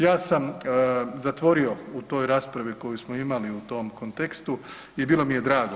Ja sam zatvorio u toj raspravi koju smo imali u tom kontekstu i bilo mi je drago.